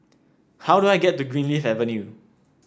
how do I get to Greenleaf Avenue